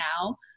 now